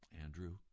Andrew